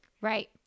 Right